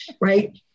right